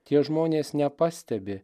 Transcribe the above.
tie žmonės nepastebi